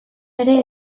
ere